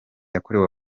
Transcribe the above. yakorewe